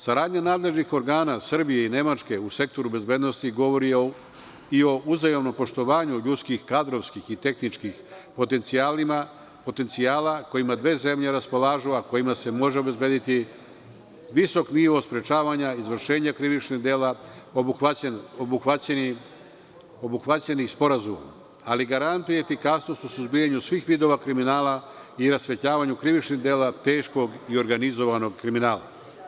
Saradnja nadležnih organa Srbije i Nemačke u sektoru bezbednosti govori i o uzajamnom poštovanju ljudskih, kadrovskih i tehničkih potencijala kojima dve zemlje raspolažu, a kojima se može obezbediti visok nivo sprečavanja izvršenja krivičnih dela obuhvaćenih sporazumom, ali garantuje efikasnost u suzbijanju svih vidova kriminala i rasvetljavanju krivičnih dela, teškog i organizovanog kriminala.